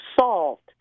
solved